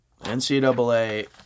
NCAA